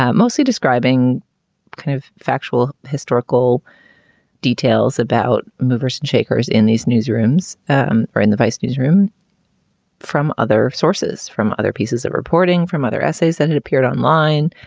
ah mostly describing kind of factual historical details about movers and shakers in these newsrooms and or in the vise newsroom from other sources, from other pieces of reporting, from other essays that it appeared online.